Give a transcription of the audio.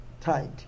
tight